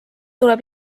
tuleb